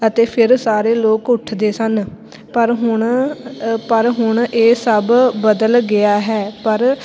ਅਤੇ ਫਿਰ ਸਾਰੇ ਲੋਕ ਉੱਠਦੇ ਸਨ ਪਰ ਹੁਣ ਪਰ ਹੁਣ ਇਹ ਸਭ ਬਦਲ ਗਿਆ ਹੈ ਪਰ